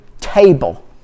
table